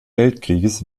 weltkrieges